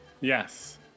Yes